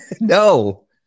No